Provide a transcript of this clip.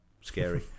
scary